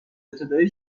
ابتدای